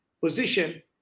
position